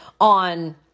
on